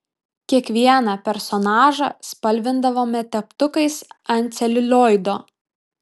kiekvieną personažą spalvindavome teptukais ant celiulioido